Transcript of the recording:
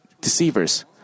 deceivers